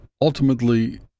ultimately